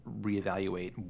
reevaluate